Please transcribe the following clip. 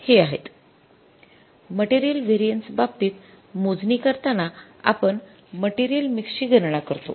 material variances बाबतीत मोजणी करताना आपण मटेरियल मिक्स ची गणना करतो